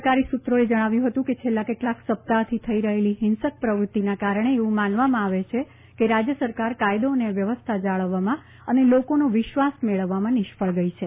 સરકારી સુત્રોએ જણાવ્યું હતું કે છેલ્લા કેટલાક સપ્તાહથી થઈ રહેલી હિંસક પ્રવૃતિના કારણે એવુ માનવામાં આવે છે કે રાજય સરકાર કાયદો અને વ્યવસ્થા જાળવવામાં અને લોકોનો વિશ્વાસ મેળવવામાં નિષ્ફળ ગઈ છે